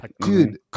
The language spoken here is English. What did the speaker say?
Dude